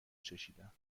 چشیدم